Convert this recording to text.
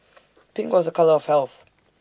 pink was A colour of health